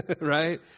right